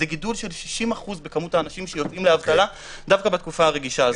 זה גידול של 60% בכמות האנשים שיוצאים לאבטלה דווקא בתקופה הרגישה הזאת.